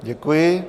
Děkuji.